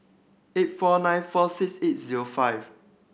eight four nine four six eight zero five